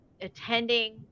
attending